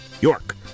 York